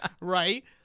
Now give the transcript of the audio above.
right